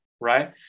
Right